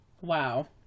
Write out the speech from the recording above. Wow